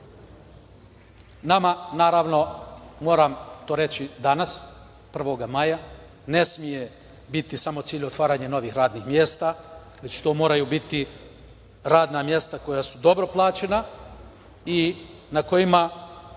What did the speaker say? naravno, moram to reći danas, 1. maja ne sme biti samo cilj otvaranje novih radnih mesta, već to moraju biti radna mesta koja su dobro plaćena i na kojima